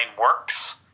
works